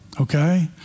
Okay